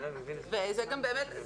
וזה גם באמת,